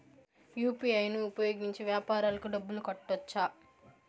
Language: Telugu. యు.పి.ఐ ను ఉపయోగించి వ్యాపారాలకు డబ్బులు కట్టొచ్చా?